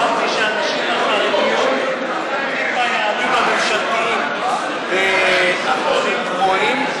אמרתי שהנשים החרדיות עומדים ביעדים הממשלתיים באחוזים גבוהים,